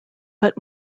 but